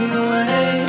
away